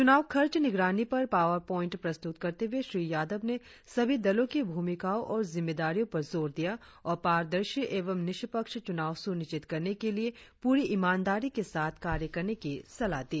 चुनाव खर्च निगरानी पर पावर पोईंट प्रस्तुत करते हुए श्री यादव ने सभी दलों की भूमिकाओं और जिम्मेदारियों पर जोर दिया और पारदर्शी एवं निष्पक्ष चुनाव सुनिश्चित करने के लिए पूरी ईमानदारी के साथ कार्य करने की सलाह दी